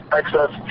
access